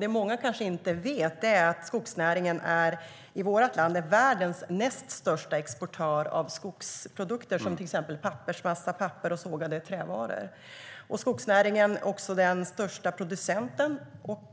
Det många kanske inte vet är att skogsnäringen i vårt land är världens näst största exportör av skogsprodukter som pappersmassa, papper och sågade trävaror. Skogsnäringen är också den största producenten och